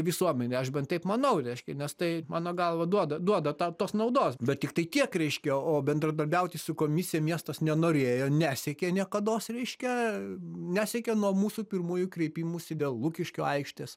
visuomenei aš bent taip manau reiškia nes tai mano galva duoda duoda tą tos naudos bet tiktai tiek reiškia o bendradarbiauti su komisija miestas nenorėjo nesiekė niekados reiškia nesiekė nuo mūsų pirmųjų kreipimųsi dėl lukiškių aikštės